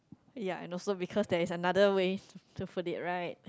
ya and also because there is another way to put it right